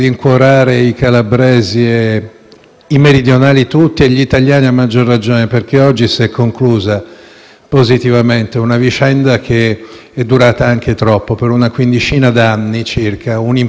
i meridionali tutti e gli italiani a maggior ragione, perché oggi si è conclusa positivamente una vicenda, che è durata anche troppo. Per una quindicina d'anni circa, un imprenditore della Piana di Gioia Tauro